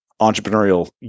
entrepreneurial